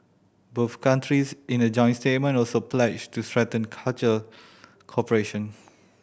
both countries in a joint statement also pledged to strengthen cultural cooperation